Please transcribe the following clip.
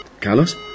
Carlos